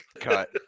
Cut